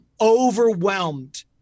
overwhelmed